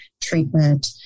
treatment